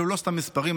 אלו לא סתם מספרים.